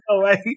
right